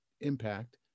impact